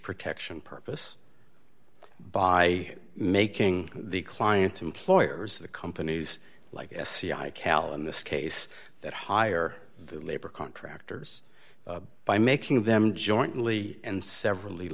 protection purpose by making the clients employers the companies like sci cal in this case that hire the labor contractors by making them jointly and several